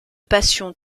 passion